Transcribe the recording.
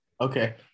Okay